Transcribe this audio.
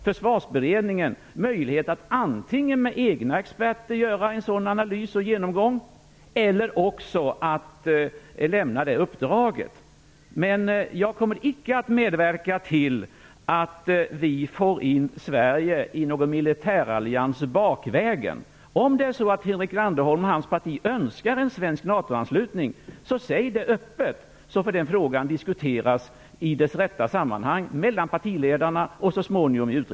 Försvarsberedningen har möjlighet att antingen med egna experter göra en sådan analys och genomgång eller lämna ut uppdraget. Jag kommer icke att medverka till att få in Sverige i någon militärallians bakvägen. Om Henrik Landerholm och hans parti önskar en svensk NATO-anslutning tycker jag att man skall säga det öppet, så att frågan får diskuteras i dess rätta sammanhang mellan partiledarna och så småningom i